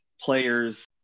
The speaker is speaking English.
players